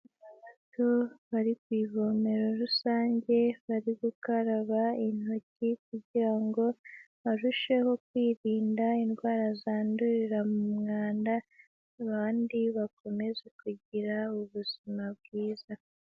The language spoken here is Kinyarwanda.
Abana bato bari ku ivomero rusange bari gukaraba intoki kugira ngo barusheho kwirinda indwara zandurira mu mwanda, abandi bakomeze kugira ubuzima bwiza.